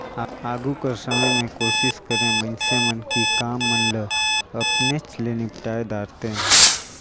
आघु कर समे में कोसिस करें मइनसे मन कि काम मन ल अपनेच ले निपटाए धारतेन